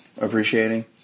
appreciating